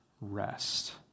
rest